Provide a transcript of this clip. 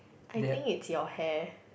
I think it's your hair